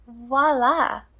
Voila